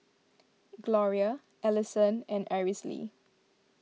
Gloria Alyson and Aracely